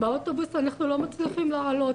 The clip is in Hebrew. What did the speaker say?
לאוטובוס אנחנו לא מצליחים לעלות,